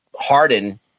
harden